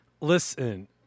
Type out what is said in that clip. Listen